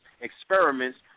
experiments